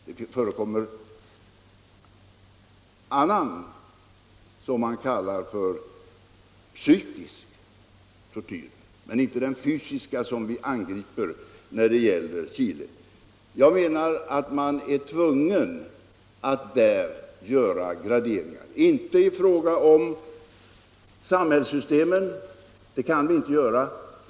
Det förekommer annan tortyr som man kallar psykisk tortyr men inte den fysiska som vi angriper när det gäller Chile. Jag menar alltså att man är tvungen att göra graderingar; inte av samhällssystemen, det kan vi inte göra.